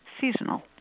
seasonal